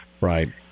Right